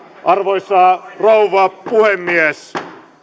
arvoisa rouva puhemies